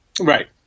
Right